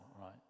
right